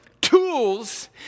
tools